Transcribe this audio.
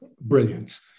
brilliance